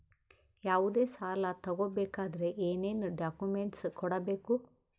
ಯಾವುದೇ ಸಾಲ ತಗೊ ಬೇಕಾದ್ರೆ ಏನೇನ್ ಡಾಕ್ಯೂಮೆಂಟ್ಸ್ ಕೊಡಬೇಕು?